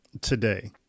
today